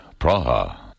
Praha